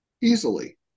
easily